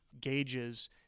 gauges